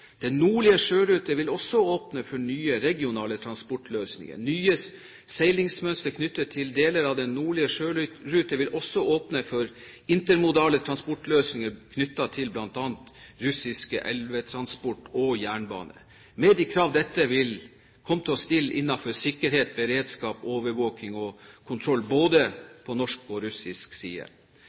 nordlige sjørute vil også åpne for nye regionale transportløsninger. Nye seilingsmønstre for deler av den nordlige sjørute vil også åpne for intermodale transportløsninger knyttet til bl.a. russisk elvetransport og jernbane med de krav dette vil komme til å stille innenfor sikkerhet, beredskap, overvåking og kontroll både på norsk og russisk side.